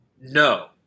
No